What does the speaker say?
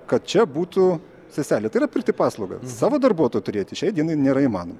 kad čia būtų seselė tai yra pirkti paslaugą savo darbuotojo turėti šiai dienai nėra įmanoma